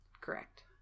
Correct